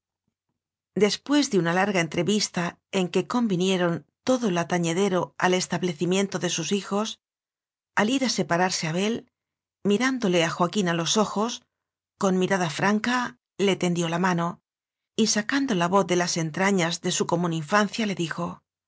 después de una larga entrevista en que convinieron todo lo atañedero al estableci miento de sus hijos al ir a separarse abel mirándole a joaquín a los ojos con mirada franca le tendió la mano y sacando la voz de las entrañas de su común infancia le dijo